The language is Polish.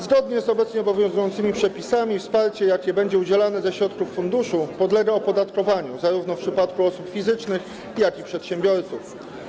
Zgodnie z obecnie obowiązującymi przepisami wsparcie, jakie będzie udzielane ze środków funduszu, podlega opodatkowaniu, zarówno w przypadku osób fizycznych, jak i przedsiębiorców.